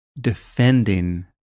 defending